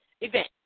event